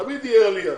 תמיד תהיה עלייה.